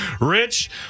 Rich